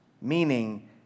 meaning